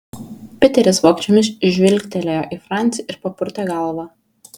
piteris vogčiomis žvilgtelėjo į francį ir papurtė galvą